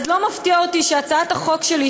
אז לא מפתיע אותי שהצעת החוק שלי,